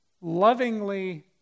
lovingly